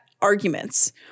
arguments